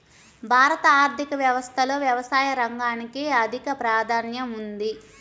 భారత ఆర్థిక వ్యవస్థలో వ్యవసాయ రంగానికి అధిక ప్రాధాన్యం ఉంది